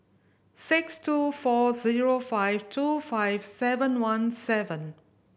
six two four zero five two five seven one seven